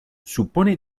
supone